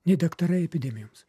nei daktarai epidemijoms